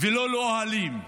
ולא לאוהלים.